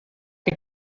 que